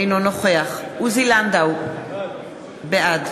אינו נוכח עוזי לנדאו, בעד